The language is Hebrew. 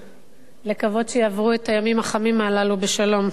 לקוות שיעברו את הימים החמים הללו בשלום.